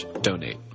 donate